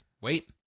Wait